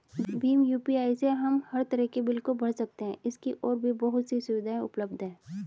Bhim UPI से हम हर तरह के बिल को भर सकते है, इसकी और भी बहुत सी सुविधाएं उपलब्ध है